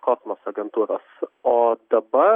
kosmoso agentūros o dabar